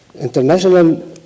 international